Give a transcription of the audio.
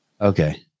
Okay